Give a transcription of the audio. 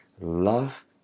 Love